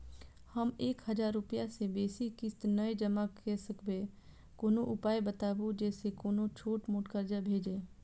हम एक हजार रूपया से बेसी किस्त नय जमा के सकबे कोनो उपाय बताबु जै से कोनो छोट मोट कर्जा भे जै?